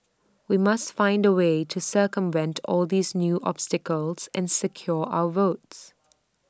we must find A way to circumvent all these new obstacles and secure our votes